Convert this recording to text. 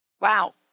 Wow